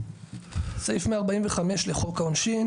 סעיף 145 לחוק העונשין